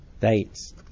dates